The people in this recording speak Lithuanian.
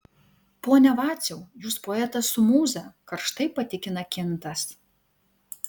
pone vaciau jūs poetas su mūza karštai patikina kintas